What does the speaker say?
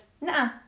nah